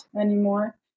anymore